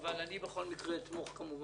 אבל אני בכל מקרה אתמוך בו.